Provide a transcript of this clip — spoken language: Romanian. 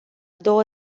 două